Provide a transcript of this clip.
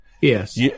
Yes